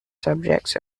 subjects